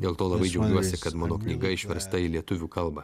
dėl to labai džiaugiuosi kad mano knyga išversta į lietuvių kalbą